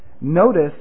Notice